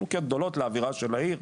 מציבים חנוכיות גדולות לאווירת החג של העיר.